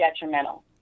detrimental